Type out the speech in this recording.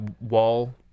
wall